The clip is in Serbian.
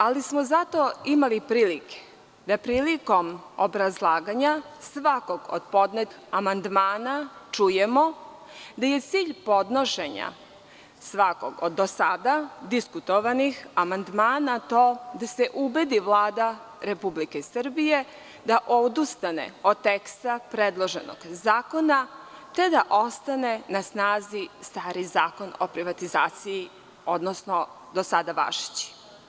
Zato smo imali prilike da, prilikom obrazlaganja svakog od podnetih amandmana, čujemo da je cilj podnošenja svakog od, do sada diskutovanih amandmana to da se ubedi Vlada Republike Srbije da odustane od teksta predloženog zakona, te da ostane na snazi stari Zakon o privatizaciji, odnosno do sada važeći.